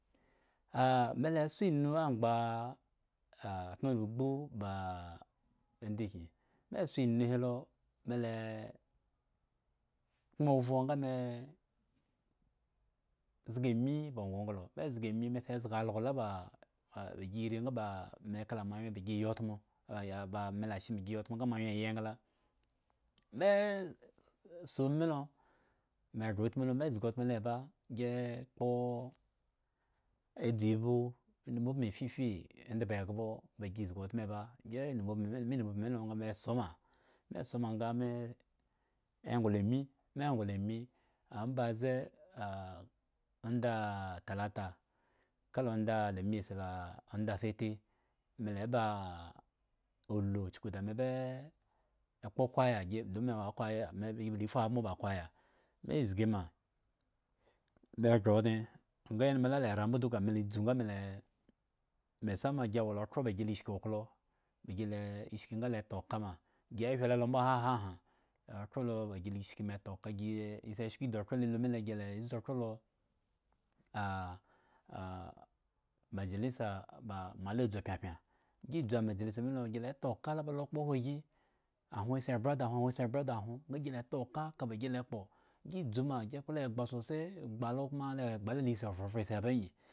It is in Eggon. mela soinu amgba atno la ugbu ba indigyin me soinu helo mela ekpoŋ ovhro nga mezga ami ba ngonglo, me zga ami, me sa zga algo la ba, bagi irri ngaba ba me kala moawyen bagiya yi utmo ah ya ba me lashe me, gi ya yitmo nga moa wyen ya yi egla- me so omilo me ghre utmu me zgi utmu lo ba gi ekpo edzubhu inumubin fifi endhbo eghbo bagi zgi utmo eba, gie numoubin mi me numubin milo nga me sohma, me soh ma nga me nglo ami, me ngloami obaze ah onda ah ta lata kala onda alamise la onda asati me la eba ulu chuku da me ba ekpo kwayah gi dome wo kyay me bala fu abmo ba kwayah me zgi ma, me ghre odŋe, nga enhmo la lera mbo duka me la dzu nga me lae me samah ghi wo la okhro ba ghi la ishki okloba ghi lashki nga la eta oka ma ghi ya hyelo mbo hahe ahan ah okhro lo ba la shki ma tohka gi esi eshko di okhro lo lu mile, gi la zu okhro lo ah ah majalisa ba moala dzu pyapyan, gi gi dzu am ajalisa milo ghi la taoka la ba lo kpo ahwo agi ahwon si embwe da ahwon nga gi la ta oka kaba gi la ekpo, gi dzu ma, ghi ekpla egba sose, egba lo koma lo awo egba la lisi ovhrovhre si eba angyi.